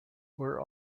were